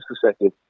perspective